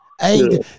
Hey